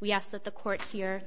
we asked that the court here